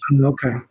Okay